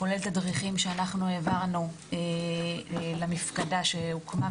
כולל תדריכים שהעברנו למפקדה שהוקמה.